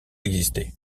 existait